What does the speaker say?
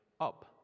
up